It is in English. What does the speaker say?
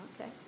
Okay